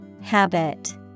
Habit